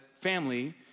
family